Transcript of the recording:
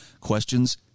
questions